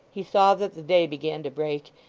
he saw that the day began to break,